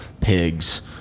pigs